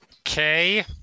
Okay